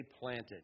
planted